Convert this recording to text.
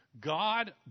God